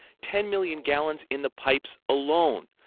ten million gallons in the pipes alone.